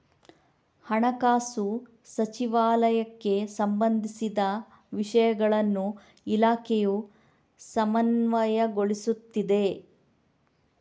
ಹಣಕಾಸು ಸಚಿವಾಲಯಕ್ಕೆ ಸಂಬಂಧಿಸಿದ ವಿಷಯಗಳನ್ನು ಇಲಾಖೆಯು ಸಮನ್ವಯಗೊಳಿಸುತ್ತಿದೆ